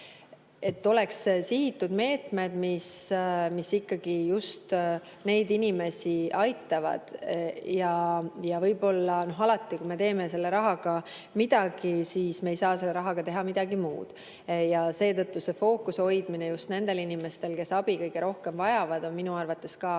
et oleks sihitud meetmed, mis just neid inimesi aitavad. Alati kui me teeme teatud rahaga midagi, siis me ei saa selle rahaga teha midagi muud. Seetõttu on fookuse hoidmine just nendel inimestel, kes abi kõige rohkem vajavad, minu arvates